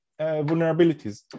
vulnerabilities